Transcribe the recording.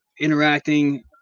interacting